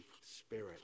Spirit